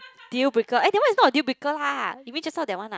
duplicate eh that one is not a duplicate lah you mean just now that one ah